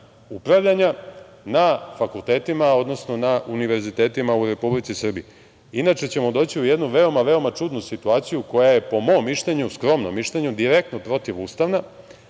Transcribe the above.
upravljanja na fakultetima, odnosno na univerzitetima u Republici Srbiji, inače ćemo doći u jednu veoma, veoma čudnu situaciju koja je po mom mišljenju, skromnom mišljenju direktno protivustavna,